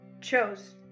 chose